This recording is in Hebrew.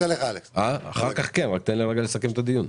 אנחנו